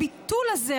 הביטול הזה,